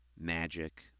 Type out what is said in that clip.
magic